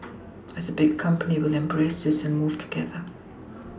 as a big company we will embrace this and move together